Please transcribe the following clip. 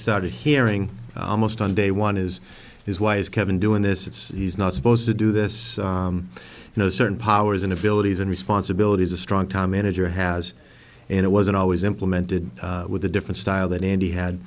started hearing almost on day one is is why is kevin doing this it's he's not supposed to do this you know certain powers and abilities and responsibilities a strong time manager has and it wasn't always implemented with a different style than n d had